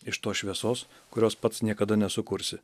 iš tos šviesos kurios pats niekada nesukursi